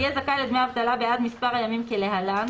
יהיה זכאי לדמי אבטלה בעד מספר הימים כלהלן,